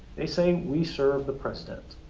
they say we serve the president.